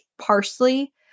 parsley